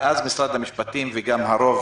משרד המשפטים וגם הרוב